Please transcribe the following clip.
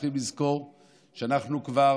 צריכים לזכור שאנחנו כבר,